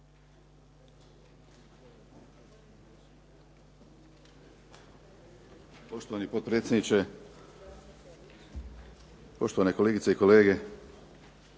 Poštovani potpredsjedniče, poštovane kolegice i kolege.